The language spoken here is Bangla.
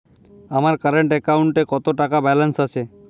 আমার কারেন্ট অ্যাকাউন্টে কত টাকা ব্যালেন্স আছে?